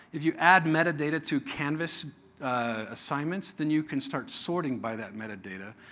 if you add metadata to canvas assignments then you can start sorting by that metadata.